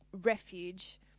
refuge